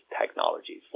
technologies